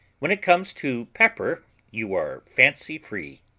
when it comes to pepper you are fancy-free.